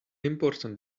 important